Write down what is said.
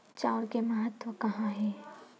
चांउर के महत्व कहां हे?